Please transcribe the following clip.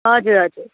हजुर हजुर